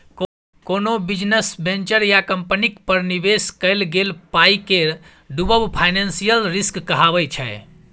कोनो business venture या कंपनीक पर निबेश कएल गेल पाइ केर डुबब फाइनेंशियल रिस्क कहाबै छै